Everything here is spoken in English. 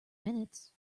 minutes